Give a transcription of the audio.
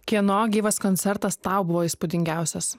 kieno gyvas koncertas tau buvo įspūdingiausias